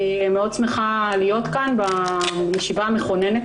אני שמחה מאוד להיות כאן בישיבה המכוננת